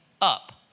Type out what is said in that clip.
up